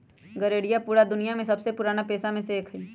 गरेड़िया पूरा दुनिया के सबसे पुराना पेशा में से एक हई